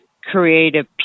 creative